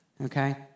okay